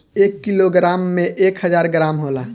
एक किलोग्राम में एक हजार ग्राम होला